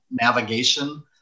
navigation